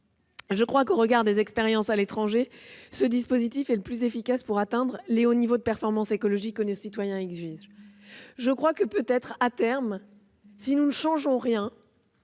Je crois que, au regard des expériences à l'étranger, ce dispositif est le plus efficace pour atteindre les hauts niveaux de performance écologique que nos concitoyens exigent. À terme, si nous ne changeons rien,